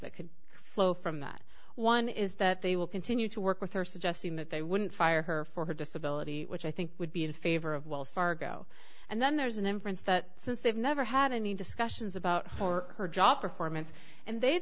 that could flow from that one is that they will continue to work with her suggesting that they wouldn't fire her for her disability which i think would be in favor of wells fargo and then there's an inference that since they've never had any discussions about for her job performance and they